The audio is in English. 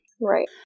Right